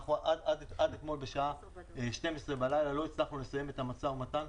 עד אתמול בשעה שתים-עשרה בלילה לא הצלחנו לסיים את המשא-ומתן.